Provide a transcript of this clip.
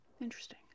interesting